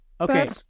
Okay